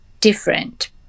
different